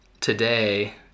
today